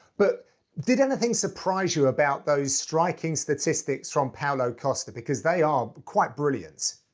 but did anything surprise you about those striking statistics from paulo costa, because they are quite brilliant.